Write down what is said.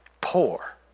poor